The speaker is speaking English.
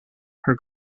her